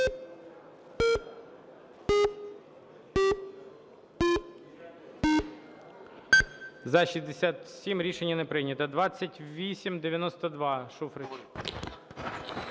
За-67 Рішення не прийнято. 2892. Шуфрич.